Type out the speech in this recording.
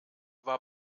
war